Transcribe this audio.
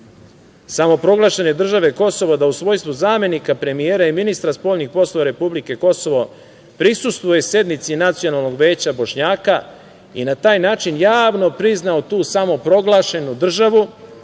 samoproglašene države Kosovo, da u svojstvu zamenika premijera i ministra spoljnih poslova republike Kosovo prisustvuje sednici Nacionalnog veća Bošnjaka i na taj način javno priznao tu samoproglašenu državu,